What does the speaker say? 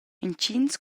entgins